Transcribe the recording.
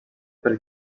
pel